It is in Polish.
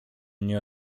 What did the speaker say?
nie